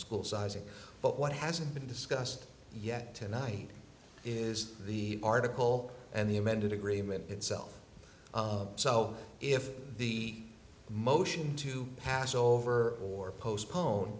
school sizing but what hasn't been discussed yet tonight is the article and the amended agreement itself so if the motion to pass over or postpone